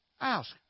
ask